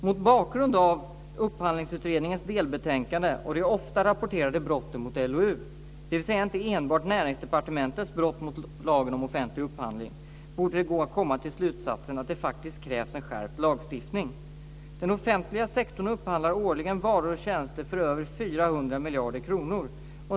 Mot bakgrund av Upphandlingsutredningens delbetänkande och de ofta rapporterade brotten mot LOU, dvs. inte enbart Näringsdepartementets brott mot lagen om offentlig upphandling, borde det kunna gå att komma till slutsatsen att det faktiskt krävs en skärpt lagstiftning. Den offentliga sektorn upphandlar årligen varor och tjänster för över 400 miljarder kronor.